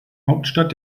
hauptstadt